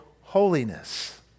holiness